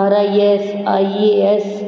R I S I A S